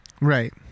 right